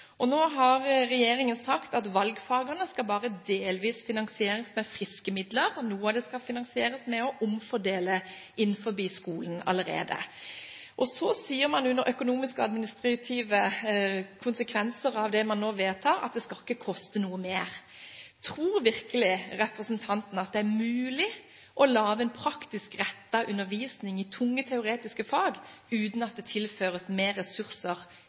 skolen. Nå har regjeringen sagt at valgfagene bare delvis skal finansieres med friske midler; noe skal finansieres ved allerede å omfordele innenfor skolen. Så sier man når det gjelder økonomiske og administrative konsekvenser av det man vedtar, at det ikke skal koste noe mer. Tror virkelig representanten at det er mulig å få til en praktisk rettet undervisning i tunge, teoretiske fag uten at det tilføres mer ressurser